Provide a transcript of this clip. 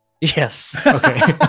yes